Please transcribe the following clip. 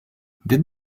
did